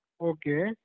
Okay